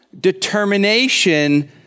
determination